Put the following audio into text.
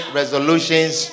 resolutions